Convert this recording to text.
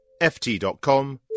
ft.com